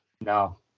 No